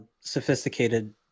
sophisticated